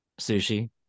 sushi